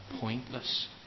pointless